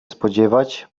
spodziewać